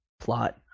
plot